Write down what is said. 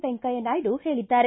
ವೆಂಕಯ್ಯನಾಯ್ದು ಹೇಳಿದ್ದಾರೆ